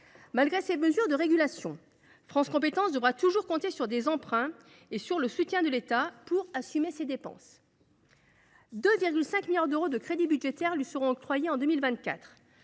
Malgré ces mesures de régulation, France Compétences devra toujours compter sur des emprunts et sur le soutien de l’État pour assumer ses dépenses. En 2024, quelque 2,5 milliards d’euros de crédits budgétaires lui seront octroyés, sans